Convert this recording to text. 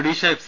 Odisha F